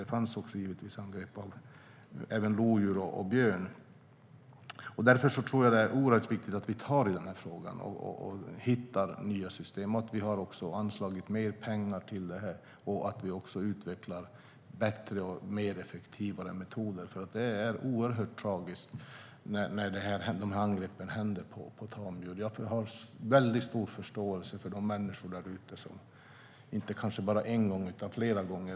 Det fanns givetvis angrepp även av lodjur och björn. Därför är det oerhört viktigt att vi tar tag i frågan och hittar nya system, anslår mer pengar och utvecklar bättre och mer effektiva metoder. Det är oerhört tragiskt när tamdjur angrips. Jag har stor förståelse för de människor som drabbas inte bara en gång utan flera gånger.